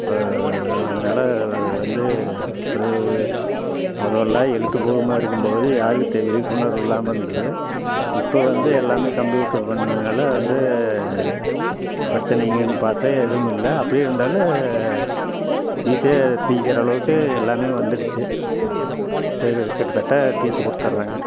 இப்போ அதனால அது வந்து பெரி முதல்லாம் எழுத்து பூர்வமாக இருக்கும் போது யாருக்கும் விழிப்புணர்வு இல்லாமல் இருந்துது இப்போ வந்து எல்லாம் கம்ப்யூட்ர் வந்ததுனால் வந்து பிரச்சனைகள்னு பார்த்தா எதுவுமில்ல அப்படியே இருந்தாலும் ஈஸியாக தீர்க்குற அளவுக்கு எல்லாம் வந்துடுச்சு கிட்டத்தட்ட தீர்த்து கொடுத்துறாங்க